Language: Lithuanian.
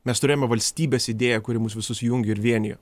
mes turėjome valstybės idėją kuri mus visus jungė ir vienijo